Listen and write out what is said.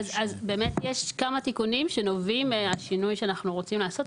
אז באמת יש כמה תיקונים שנובעים מהשינוי שאנחנו רוצים לעשות.